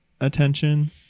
attention